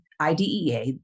IDEA